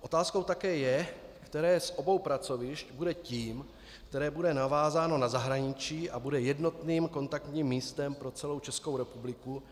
Otázkou také je, které z obou pracovišť bude tím, které bude navázáno na zahraničí a bude jednotným kontaktním místem pro celou Českou republiku,